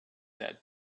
that